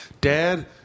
Dad